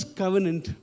covenant